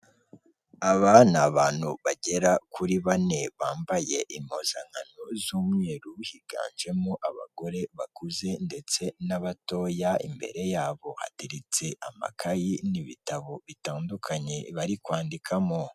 Aba ni abantu bagera kuri bane bambaye impuzankano z'umweru, higanjemo abagore bakuze ndetse n'abatoya, imbere yabo hateretse amakayi n'ibitabo bitandukanye bari kwandikamo.